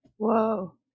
Whoa